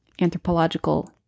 anthropological